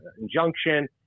injunction